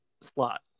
slot